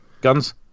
Guns